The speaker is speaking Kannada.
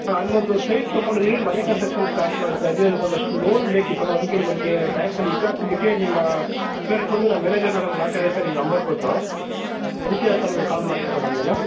ಹಾಂ ಅಲ್ಲೊಂದು ಸೈಟ್ ತಗೊಂಡಿದಿವೀ ಮನೆ ಕನ್ಸ್ಟ್ರಕ್ಷನ್ ಸ್ಟಾರ್ಟ್ ಮಾಡ್ತಾ ಇದೀವಿ ಅದಕ್ಕೊಂದಷ್ಟು ಲೋನ್ ಬೇಕಿತ್ತು ಮೇಡಮ್ ಅದಕ್ಕೆ ನಿಮ್ಮನ್ನು ಕೆ ಬ್ಯಾಂಕಲ್ಲಿ ವಿಚಾರಿಸಿದಕ್ಕೆ ನಿಮ್ಮ ಕ್ಲರ್ಕ್ ಬಂದು ನಮ್ಮ ಮ್ಯಾನೇಜರ್ ಮೇಡಮ್ ಮಾತಾಡಿ ಅಂತ ನಿಮ್ಮ ನಂಬರ್ ಕೊಟ್ಟರು ಅದಕ್ಕೆ ತಮಗೆ ಕಾಲ್ ಮಾಡಿದೆ ಮೇಡಮ್ ನಾನು